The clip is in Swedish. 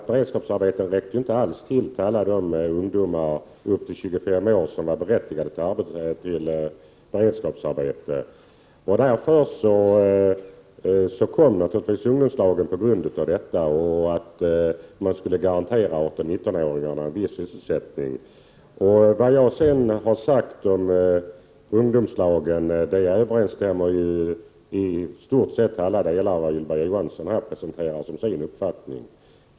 Beredskapsarbetena räckte ju alls inte till för alla de ungdomar under 25 år som var berättigade till ett beredskapsarbete. Det var till följd av detta som ungdomslagen infördes. Man skulle garantera 18—19-åringarna en viss sysselsättning. Vad jag därutöver har sagt om ungdomslagen överensstämmer i stort sett till alla delar med vad Ylva Johansson här presenterade som sin uppfattning.